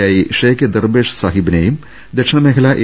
യായി ഷെയ്ക്ക് ദെർവേഷ് സാഹിബി നെയും ദക്ഷിണമേഖല എ